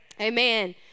Amen